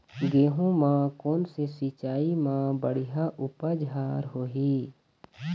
गेहूं म कोन से सिचाई म बड़िया उपज हर होही?